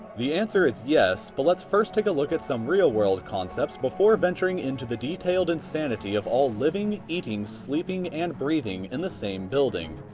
the answer is yes but let's first take a look at some real-world real-world concepts before venturing into the detailed insanity of all living, eating, sleeping and breathing in the same building.